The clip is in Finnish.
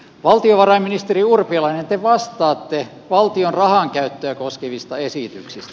valtiovarainministeri urpilainen te vastaatte valtion rahankäyttöä koskevista esityksistä